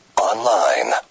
Online